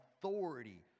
authority